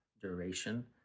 duration